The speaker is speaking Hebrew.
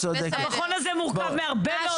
המכון הזה מורכב מהרבה מאוד אנשים.